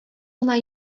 гына